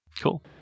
Cool